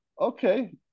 okay